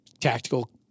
tactical